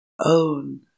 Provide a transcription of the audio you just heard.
own